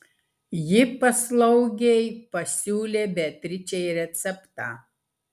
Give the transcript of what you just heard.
ji paslaugiai pasiūlė beatričei receptą